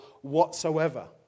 whatsoever